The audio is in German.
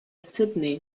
sydney